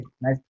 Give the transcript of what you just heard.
nice